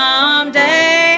Someday